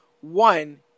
One